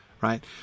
right